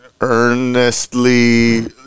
earnestly